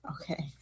Okay